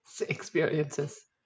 Experiences